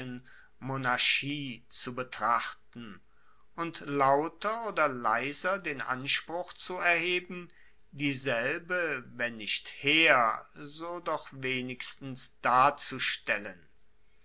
monarchie zu betrachten und lauter oder leiser den anspruch zu erheben dieselbe wenn nicht her so doch wenigstens darzustellen